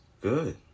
good